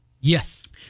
Yes